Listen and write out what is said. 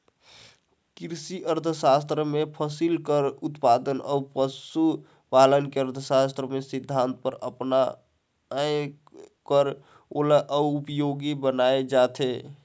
किरसी अर्थसास्त्र में फसिल कर उत्पादन अउ पसु पालन में अर्थसास्त्र कर सिद्धांत ल अपनाए कर ओला अउ उपयोगी बनाए जाथे